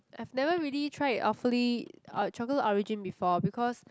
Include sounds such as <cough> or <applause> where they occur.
I've never really tried awfully <noise> chocolate origin before because